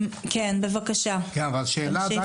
כרגע אנחנו נמצאים בדיון מאוד ספציפי לעניין